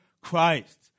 Christ